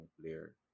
player